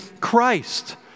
Christ